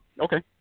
Okay